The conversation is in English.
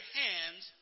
hands